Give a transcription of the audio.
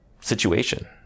situation